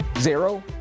zero